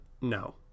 no